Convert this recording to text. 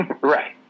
right